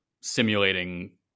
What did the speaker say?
simulating